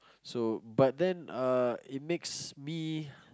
so but then uh it makes me